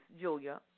Julia